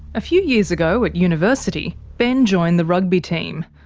a few years ago at university, ben joined the rugby team.